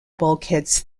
bulkheads